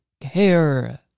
care